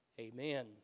Amen